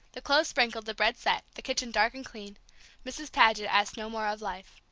the clothes sprinkled, the bread set, the kitchen dark and clean mrs. paget asked no more of life.